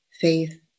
Faith